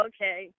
Okay